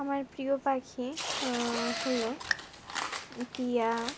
আমার প্রিয় পাখি হলো টিয়া